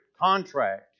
contract